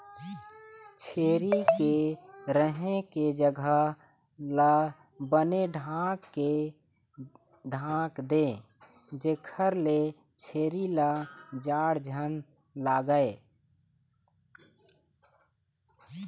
छेरी के रहें के जघा ल बने ढांक दे जेखर ले छेरी ल जाड़ झन लागय